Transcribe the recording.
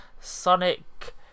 sonic